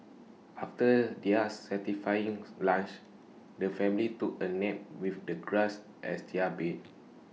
after their satisfying lunch the family took A nap with the grass as their bed